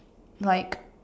like